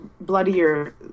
bloodier